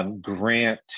grant